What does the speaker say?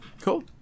cool